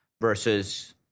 versus